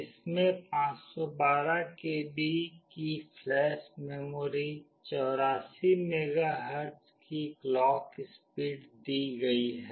इसमें 512 केबी की flash memory 84 megahertz की क्लॉक स्पीड दी गई है